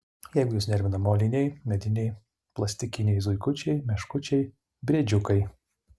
jeigu jus nervina moliniai mediniai plastikiniai zuikučiai meškučiai briedžiukai